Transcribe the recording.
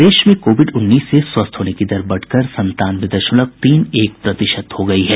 प्रदेश में कोविड उन्नीस से स्वस्थ होने की दर बढ़कर सत्तानवे दशमलव तीन एक प्रतिशत हो गई है